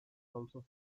also